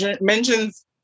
mentions